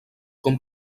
com